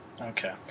Okay